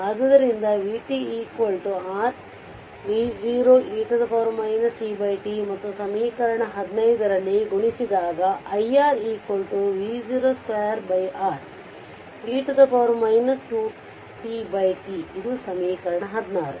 ಆದ್ದರಿಂದ vt r v0 e tT ಮತ್ತು ಸಮೀಕರಣ 15ರಲ್ಲಿ ಗುಣಿಸಿದಾಗ iR v0 2R e 2tTಇದು ಸಮೀಕರಣ 16